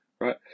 right